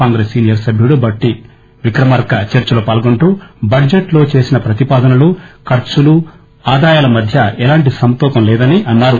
Congress senior సభ్యుడు భట్టి విక్రమార్క చర్చలో పాల్గొంటూ బడ్జెట్ లో చేసిన ప్రతిపాదనలు ఖర్చులు ఆదాయాల మధ్య ఎలాంటి సమతూకం లేదని అన్నారు